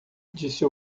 disse